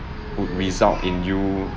would result in you